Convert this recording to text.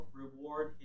reward